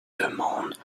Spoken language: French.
demandes